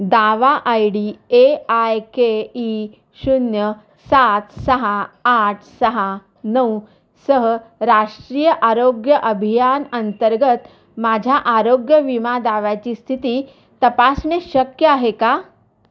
दावा I D A I K E शून्य सात सहा आठ सहा नऊसह राष्ट्रीय आरोग्य अभियान अंतर्गत माझ्या आरोग्य विमा दाव्याची स्थिती तपासणे शक्य आहे का